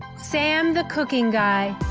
sam the cooking guy.